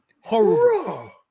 Horrible